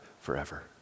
forever